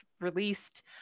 released